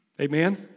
Amen